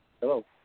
Hello